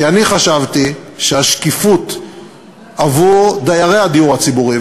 כי אני חשבתי שהשקיפות עבור דיירי הדיור הציבורי,